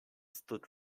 stood